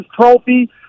trophy